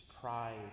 pride